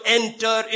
enter